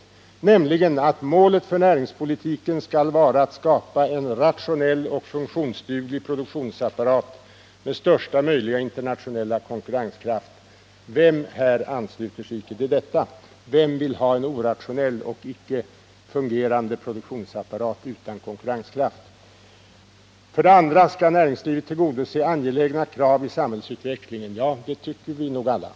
Hör och begrunda! ”--- målet för näringspolitiken skall vara att skapa en rationell och funktionsduglig produktionsapparat med största möjliga internationella konkurrenskraft”. Vem här ansluter sig icke till detta? Vem vill ha en orationell och icke fungerande produktionsapparat utan konkurrenskraft? Vidare skall näringslivet tillgodose angelägna krav i samhällsutvecklingen. —- Ja, det tycker vi nog alla.